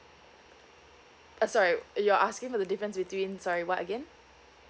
uh sorry you're asking for the difference between sorry what again